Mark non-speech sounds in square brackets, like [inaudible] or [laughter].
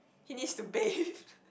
he needs to bathe [noise]